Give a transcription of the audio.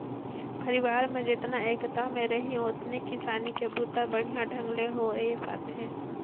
परिवार में जेतना एकता में रहीं ओतने किसानी के बूता बड़िहा ढंग ले होये पाथे